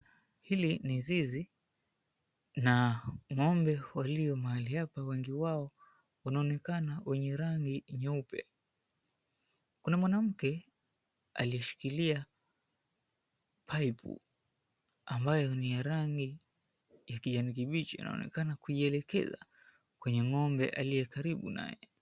Hili ni zizi na ng'ombe walio mahali hapa wengi wao wanaonekana walio rangi nyeupe. Kuna mwanamke alishikilia pipe ambayo ni ya rangi ya kijani kibichi. Inaonekana kuielekeza kwenye ng'ombe aliyekaribu naye.